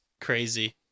crazy